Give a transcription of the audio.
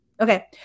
Okay